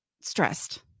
stressed